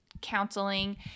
counseling